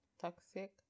toxic